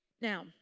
Now